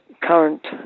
current